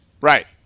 Right